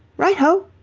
right ho!